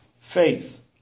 faith